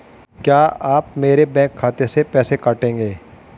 क्या आप मेरे बैंक खाते से पैसे काटेंगे?